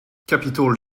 capital